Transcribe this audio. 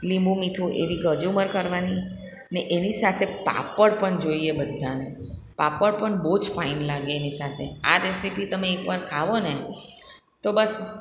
લીંબુ મીઠું એવી કચુંબર કરવાની ને એની સાથે પાપડ પણ જોઈએ બધાંને પાપળ પણ બહુ જ ફાઇન લાગે એની સાથે આ રેસીપી તમે એક વાર ખાઓને તો બસ